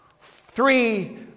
Three